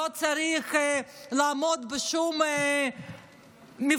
לא צריכה לעמוד בשום מבחנים,